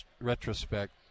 retrospect